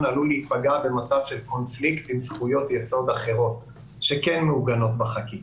עלול להיפגע במצב של קונפליקט עם זכויות יסוד אחרות שמעוגנות בחקיקה.